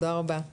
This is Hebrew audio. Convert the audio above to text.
תודה רבה לך אור.